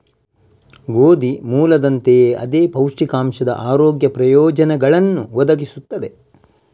ಗೋಧಿ ಮೂಲದಂತೆಯೇ ಅದೇ ಪೌಷ್ಟಿಕಾಂಶದ ಆರೋಗ್ಯ ಪ್ರಯೋಜನಗಳನ್ನು ಒದಗಿಸುತ್ತದೆ